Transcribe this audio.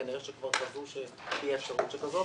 כנראה כבר קבעו שתהיה אפשרות כזאת.